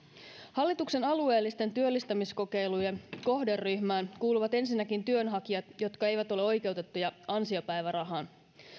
hallituksen alueellisten työllistämiskokeilujen kohderyhmään kuuluvat ensinnäkin työnhakijat jotka eivät ole oikeutettuja ansiopäivärahaan